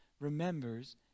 remembers